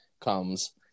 comes